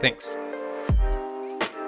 Thanks